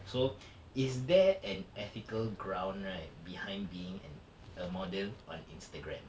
so is there and ethical ground right behind being an a model on Instagram